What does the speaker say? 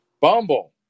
Bumble